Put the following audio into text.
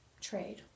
trade